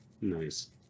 Nice